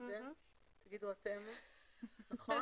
נכון?